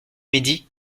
midi